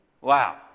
Wow